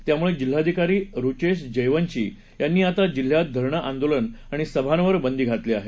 त्यामुळे जिल्हाधिकारी रुचेश जयवंशी यांनी आता जिल्ह्यात धरणं आंदोलन आणि सभांवर बंदी घातली आहे